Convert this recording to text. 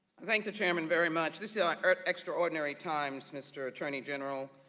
thank the chairman very much, these yeah are extra ordinary times mr. attorney general.